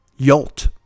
yolt